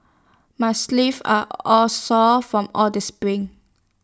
my are all sore from all the sprints